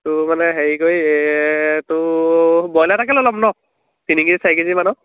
তোৰ মানে হেৰি কৰি তোৰ ব্ৰইলাৰ এটাকে লৈ ল'ম ন তিনি কেজি চাৰি কেজিমানৰ